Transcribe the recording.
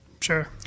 Sure